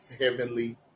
heavenly